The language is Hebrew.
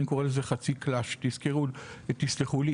אני קורא לזה חצי קלאצ' ותסלחו לי,